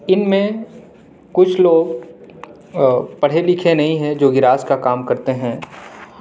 ان میں کچھ لوگ پڑھے لکھے نہیں ہیں جو گیراج کا کام کرتے ہیں